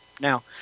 Now